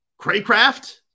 Craycraft